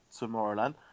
Tomorrowland